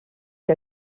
que